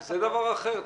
זה דבר אחר.